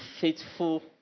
faithful